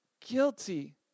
guilty